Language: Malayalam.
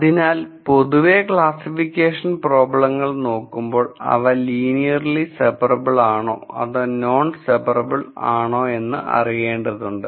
അതിനാൽ പൊതുവെ ക്ലാസ്സിഫിക്കേഷൻ പ്രോബ്ലങ്ങൾ നോക്കുമ്പോൾ അവ ലീനിയർലി സെപ്പറബിൾ ആണോ അതോ നോൺ സെപ്പറബിൾ എന്ന് അറിയേണ്ടതുണ്ട്